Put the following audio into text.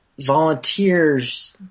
volunteers